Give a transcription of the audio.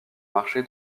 marché